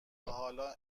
حالا